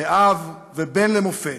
באב ובן למופת,